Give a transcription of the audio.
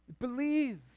Believe